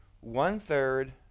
one-third